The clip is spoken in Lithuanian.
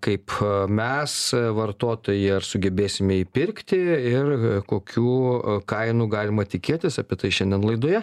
kaip mes vartotojai ar sugebėsime įpirkti ir kokių kainų galima tikėtis apie tai šiandien laidoje